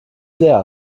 leer